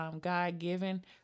God-given